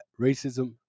Racism